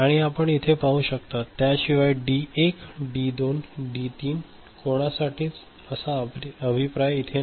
आणि आपण इथे पाहू शकता त्याशिवाय डी 1 डी 2 डी 3 कोणासाठीच असा अभिप्राय इथे नाही